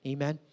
Amen